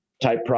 type